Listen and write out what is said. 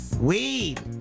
Weed